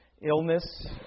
illness